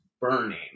burning